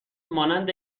مانند